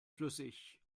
flüssig